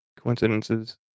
coincidences